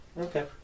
Okay